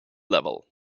level